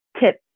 tip